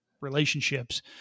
relationships